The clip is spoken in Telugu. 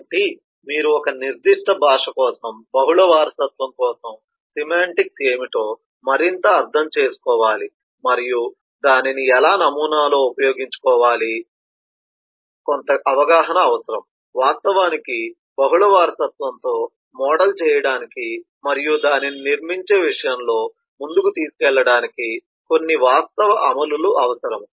కాబట్టి మీరు ఒక నిర్దిష్ట భాష కోసం బహుళ వారసత్వం కోసం సెమాంటిక్స్ ఏమిటో మరింత అర్థం చేసుకోవాలి మరియు దానిని ఎలా నమూనాలో ఉపయోగించుకోవాలి కాబట్టి కొంత అవగాహన అవసరం వాస్తవానికి బహుళ వారసత్వంతో మోడల్ చేయడానికి మరియు దానిని నిర్మించే విషయంలో ముందుకు తీసుకెళ్లడానికి కొన్ని వాస్తవ అమలులు అవసరం